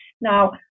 Now